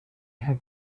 have